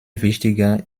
wichtiger